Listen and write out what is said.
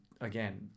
again